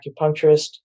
acupuncturist